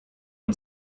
und